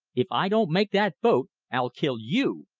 if i don't make that boat, i'll kill you.